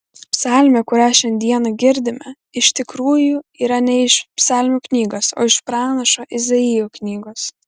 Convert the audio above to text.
psalmė kurią šiandieną girdime iš tikrųjų yra ne iš psalmių knygos o iš pranašo izaijo knygos